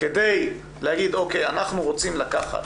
כדי להגיד 'או.קיי, אנחנו רוצים לקחת,